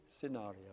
scenario